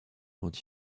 quand